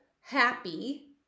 happy